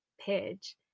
page